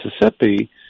Mississippi